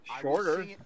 Shorter